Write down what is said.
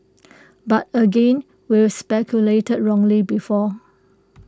but again we've speculated wrongly before